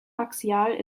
axial